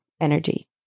energy